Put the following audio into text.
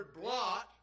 blot